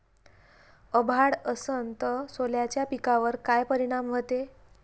अभाळ असन तं सोल्याच्या पिकावर काय परिनाम व्हते?